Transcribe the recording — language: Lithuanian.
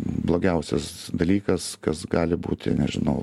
blogiausias dalykas kas gali būti nežinau